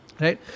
Right